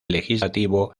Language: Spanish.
legislativo